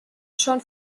schon